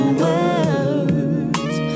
words